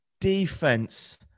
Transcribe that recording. Defense